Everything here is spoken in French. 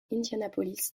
indianapolis